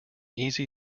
easy